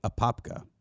Apopka